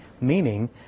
meaning